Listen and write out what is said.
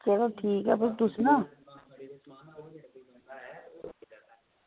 चलो भी ठीक ऐ पुच्छेओ ना